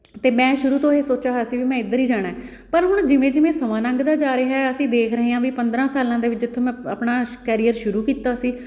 ਅਤੇ ਮੈਂ ਸ਼ੁਰੂ ਤੋਂ ਇਹ ਸੋਚਿਆ ਹੋਇਆ ਸੀ ਵੀ ਮੈਂ ਇੱਧਰ ਹੀ ਜਾਣਾ ਪਰ ਹੁਣ ਜਿਵੇਂ ਜਿਵੇਂ ਸਮਾਂ ਲੰਘਦਾ ਜਾ ਰਿਹਾ ਅਸੀਂ ਦੇਖ ਰਹੇ ਹਾਂ ਵੀ ਪੰਦਰ੍ਹਾਂ ਸਾਲਾਂ ਦੇ ਜਿੱਥੋਂ ਮੈਂ ਆਪਣਾ ਸ਼ ਕੈਰੀਅਰ ਸ਼ੁਰੂ ਕੀਤਾ ਸੀ